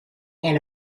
and